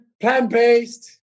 plant-based